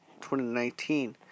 2019